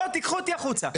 בואו תיקחו אותי החוצה,